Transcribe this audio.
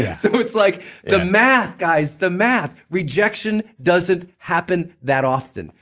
so it's like the math, guys, the math. rejection doesn't happen that often.